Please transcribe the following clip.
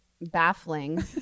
baffling